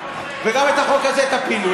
גם את החוק הזה תפילו.